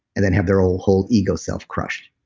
and then have their whole whole ego self-crushed